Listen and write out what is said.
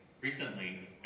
Recently